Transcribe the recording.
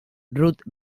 ruth